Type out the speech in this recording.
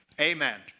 Amen